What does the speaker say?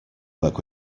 work